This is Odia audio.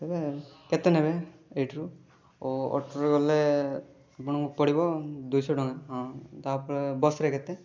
ତେବେ କେତେ ନେବେ ଏଇଠୁରୁ ଓ ଅଟୋରେ ଗଲେ ଆପଣଙ୍କୁ ପଡ଼ିବ ଦୁଇଶହ ଟଙ୍କା ହଁ ତା'ପରେ ବସ୍ରେ କେତେ